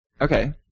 Okay